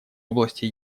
области